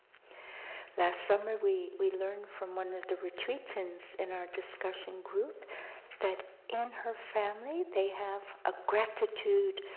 last summer we we learned from one of the retreatants in our discussion group that in her family they have a gratitude